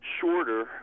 shorter